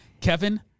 Kevin